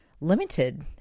limited